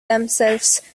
themselves